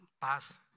Paz